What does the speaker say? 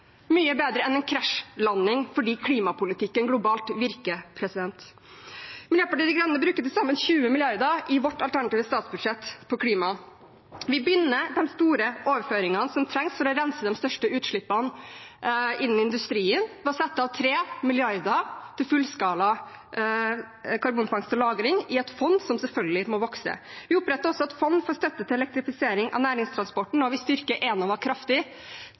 mye bedre enn en krasjlanding fordi klimapolitikken globalt virker. Miljøpartiet De Grønne bruker til sammen 20 mrd. kr på klima i sitt alternative statsbudsjett: Vi begynner de store overføringene som trengs for å rense de største utslippene innen industrien, ved å sette av 3 mrd. kr til fullskala karbonfangst og -lagring i et fond, som selvfølgelig må vokse. Vi oppretter også et fond for støtte til elektrifisering av næringstransporten. Vi styrker Enova kraftig,